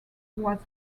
was